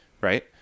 Right